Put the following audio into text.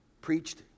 Preached